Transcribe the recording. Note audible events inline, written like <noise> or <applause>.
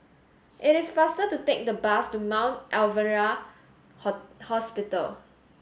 it is faster to take the bus to Mount Alvernia <unintelligible> Hospital